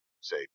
say